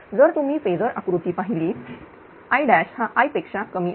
जर तुम्ही फेजर आकृती पाहिली I हाI पेक्षा कमी आहे